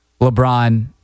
LeBron